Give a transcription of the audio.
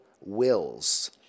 wills